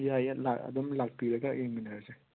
ꯌꯥꯏꯌꯦ ꯂꯥ ꯑꯗꯨꯝ ꯂꯥꯛꯄꯤꯔꯒ ꯌꯦꯡꯃꯤꯟꯅꯔꯁꯦ